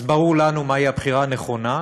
אז ברור לנו מהי הבחירה הנכונה.